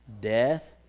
Death